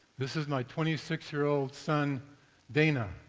this is my twenty six year old son dana.